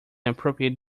appropriate